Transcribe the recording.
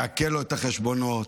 תעקל לו את החשבונות,